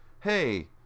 hey